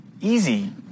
easy